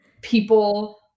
people